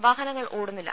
വാഹനങ്ങൾ ഓടുന്നില്ല